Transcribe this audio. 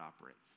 operates